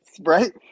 Right